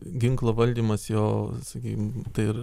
ginklo valdymas jo sakykim tai ir